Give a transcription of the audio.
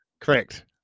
Correct